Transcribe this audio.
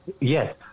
Yes